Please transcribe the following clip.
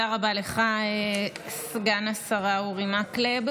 זה מראה את שני הצדדים, וצריך לאזן את זה.